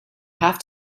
have